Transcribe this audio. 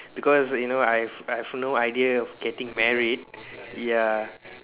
because you know I have I have no idea of getting married ya